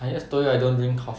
I just told you I don't drink coffee